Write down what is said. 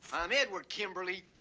i'm edward kimberly.